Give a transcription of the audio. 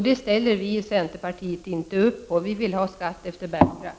Det ställer vi i centerpartiet inte upp på. Vi vill ha skatt efter bärkraft.